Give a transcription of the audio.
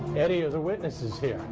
any other witnesses here.